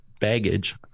baggage